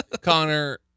Connor